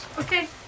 Okay